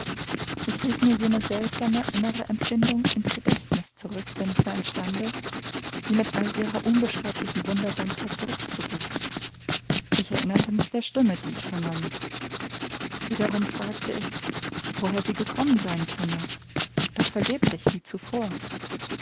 ich rief mir jene seltsame innere empfindung ins gedächtnis zurück denn ich war imstande sie mit all ihrer unbeschreiblichen wundersamkeit zurückzurufen ich erinnerte mich der stimme die ich vernommen wiederum fragte ich woher sie gekommen sein könne doch vergeblich wie zuvor